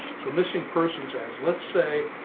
so missing persons as let's say